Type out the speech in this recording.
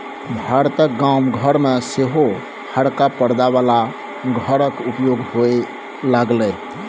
भारतक गाम घर मे सेहो हरका परदा बला घरक उपयोग होए लागलै